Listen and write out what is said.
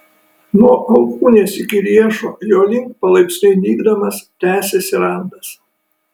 nuo alkūnės iki riešo jo link palaipsniui nykdamas tęsėsi randas